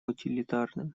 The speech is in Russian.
утилитарным